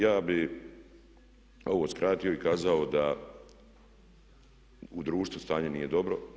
Ja bi ovo skratio i kazao da u društvu stanje nije dobro.